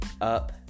Up